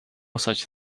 such